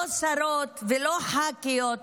לא שרות ולא ח"כיות,